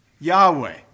Yahweh